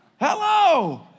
Hello